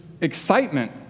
excitement